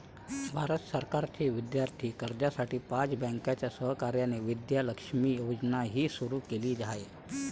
भारत सरकारने विद्यार्थी कर्जासाठी पाच बँकांच्या सहकार्याने विद्या लक्ष्मी योजनाही सुरू केली आहे